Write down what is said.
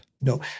No